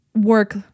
work